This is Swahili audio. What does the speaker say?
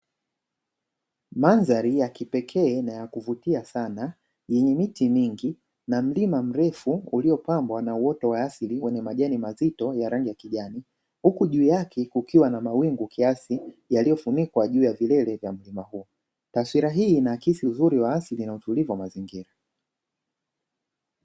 Mandhari ya kipekee na ya kuvutia sana yenye miti mingi na mlima mrefu uliopambwa na uoto wa asili wenye majani mazito ya rangi ya kijani, huku juu yake kukiwa na mawingu kiasi yaliyofunikwa juu ya vilele vya mlima huu. Taswira hii inaakisi uzuri wa asili na utulivu wa mazingira.